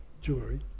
jewelry